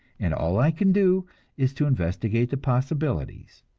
and all i can do is to investigate the probabilities.